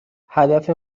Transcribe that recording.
هدف